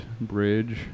Bridge